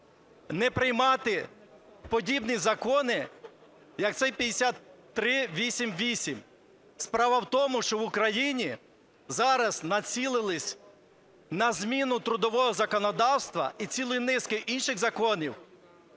не приймати подібні закони, як цей 5388. Справа в тому, що в Україні зараз націлились на зміну трудового законодавства і цілої низки інших законів,